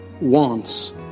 wants